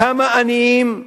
כמה עניים?